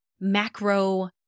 macro-